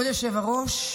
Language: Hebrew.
כבוד היושב-ראש,